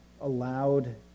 allowed